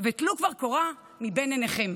וטלו כבר קורה מבין עיניכם.